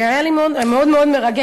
זה היה לי מאוד מרגש.